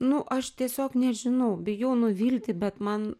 nu aš tiesiog nežinau bijau nuvilti bet man